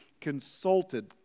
consulted